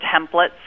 templates